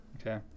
Okay